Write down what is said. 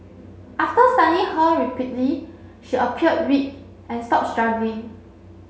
after stunning her repeatedly she appeared weak and stopped struggling